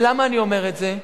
ולמה אני אומר את זה?